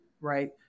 right